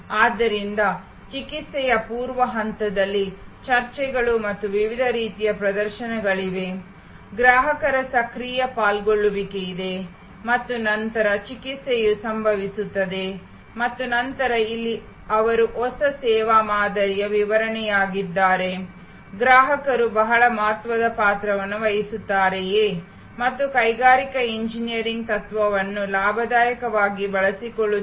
ಆದ್ದರಿಂದ ಚಿಕಿತ್ಸೆಯ ಪೂರ್ವ ಹಂತದಲ್ಲಿ ಚರ್ಚೆಗಳು ಮತ್ತು ವಿವಿಧ ರೀತಿಯ ಪ್ರದರ್ಶನಗಳಿಗೆ ಗ್ರಾಹಕರ ಸಕ್ರಿಯ ಪಾಲ್ಗೊಳ್ಳುವಿಕೆ ಇದೆ ಮತ್ತು ನಂತರ ಚಿಕಿತ್ಸೆಯು ಸಂಭವಿಸುತ್ತದೆ ಮತ್ತು ನಂತರ ಇಲ್ಲಿ ಅವರು ಹೊಸ ಸೇವಾ ಮಾದರಿಯ ವಿವರಣೆಯಾಗಿದ್ದಾರೆ ಗ್ರಾಹಕರು ಬಹಳ ಮಹತ್ವದ ಪಾತ್ರವನ್ನು ವಹಿಸುತ್ತಾರೆಯೇ ಮತ್ತು ಕೈಗಾರಿಕಾ ಎಂಜಿನಿಯರಿಂಗ್ ತತ್ವಗಳನ್ನು ಲಾಭದಾಯಕವಾಗಿ ಬಳಸಿಕೊಳ್ಳಲಾಗುತ್ತದೆ